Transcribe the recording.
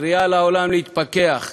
קריאה לעולם להתפכח,